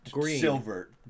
silver